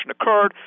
occurred